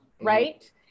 right